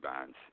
bonds